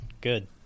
Good